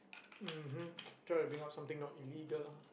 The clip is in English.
mmhmm try to bring up something not illegal